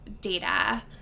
data